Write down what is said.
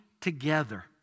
together